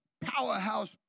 powerhouse